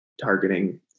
targeting